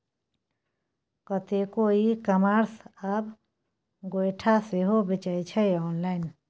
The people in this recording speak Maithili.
कतेको इ कामर्स आब गोयठा सेहो बेचै छै आँनलाइन